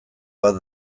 bat